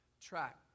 track